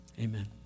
Amen